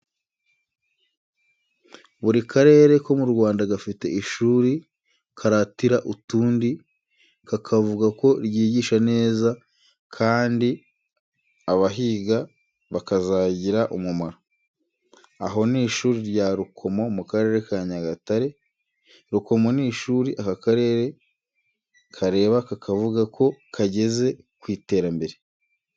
Buri karere ko mu Rwanda gafite ishuri karatira utundi kakavuga ko ryigisha neza kandi abahiga bakazagira umumaro. Aho ni ishuri rya Rukomo mu Karere ka Nyagatare. Rukomo ni ishuri aka karere kareba kakavuga ko kageze ku iterambere.